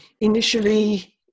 initially